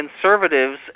conservatives